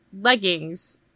leggings